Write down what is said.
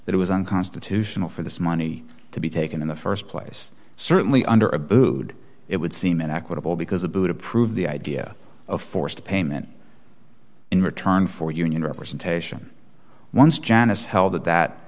that it was unconstitutional for this money to be taken in the st place certainly under abood it would seem an equitable because a buddha prove the idea of forced payment in return for union representation once janice held that that